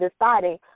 deciding